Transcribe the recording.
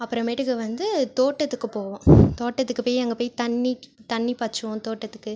அப்புறமேட்டுக்கு வந்து தோட்டத்துக்கு போவோம் தோட்டத்துக்கு போய் அங்கே போய் தண்ணி தண்ணி பாய்ச்சுவோம் தோட்டத்துக்கு